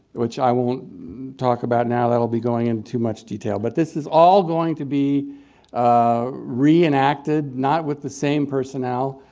which i won't talk about now. that will be going into too much detail. but this is all going to be ah re-enacted, not with the same personnel,